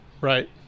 Right